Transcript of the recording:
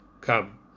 come